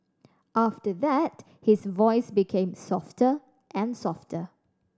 after that his voice became softer and softer